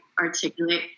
articulate